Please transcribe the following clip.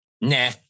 Nah